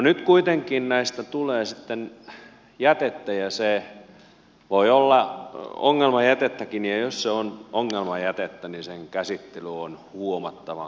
nyt kuitenkin näistä tulee sitten jätettä ja se voi olla ongelmajätettäkin ja jos se on ongelmajätettä sen käsittely on huomattavan kallista